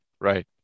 right